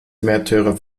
märtyrer